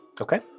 Okay